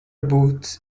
būt